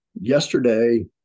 yesterday